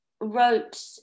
wrote